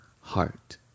heart